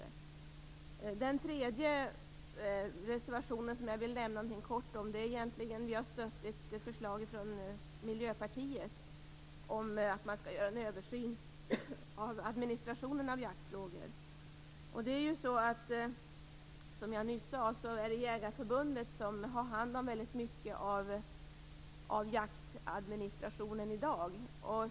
Den tredje reservationen som jag vill nämna kort handlar om att vi har stött ett förslag från Miljöpartiet om att man skall göra en översyn av administrationen av jaktfrågor. Som jag nyss sade, är det Jägareförbundet som har hand om väldigt mycket av jaktadministrationen i dag.